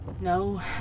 No